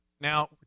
Now